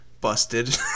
busted